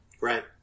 Right